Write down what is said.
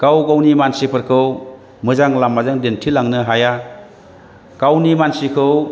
गाव गावनि मानसिफोरखौ मोजां लामाजों दिन्थिलांनो हाया गावनि मानसिखौ